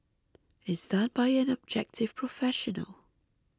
is done by an objective professional